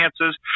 chances